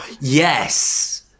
Yes